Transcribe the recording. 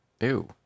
Ew